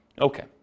Okay